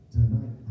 Tonight